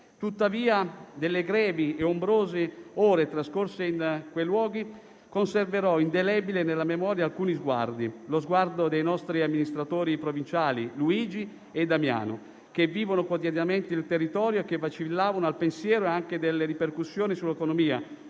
Tuttavia, delle grevi e ombrose ore trascorse in quei luoghi conserverò indelebile nella memoria alcuni sguardi: lo sguardo dei nostri amministratori provinciali Luigi e Damiano che vivono quotidianamente il territorio e che vacillavano anche al pensiero delle ripercussioni sull'economia